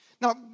Now